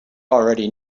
already